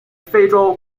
非洲